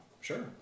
Sure